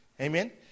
Amen